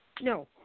No